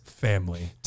Family